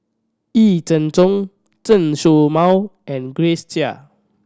Yee Jenn Jong Chen Show Mao and Grace Chia